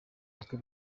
bukwe